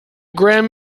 grim